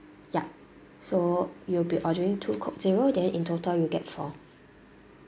yup so you'll be ordering two coke zero there in total you get four